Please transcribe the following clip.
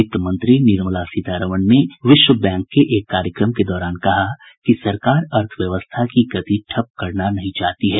वित्तमंत्री निर्मला सीतारमण ने विश्व बैंक के एक कार्यक्रम के दौरान कहा कि सरकार अर्थव्यवस्था की गति ठप्प करना नहीं चाहती है